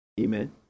Amen